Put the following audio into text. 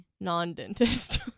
non-dentist